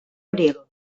abril